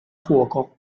fuoco